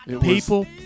People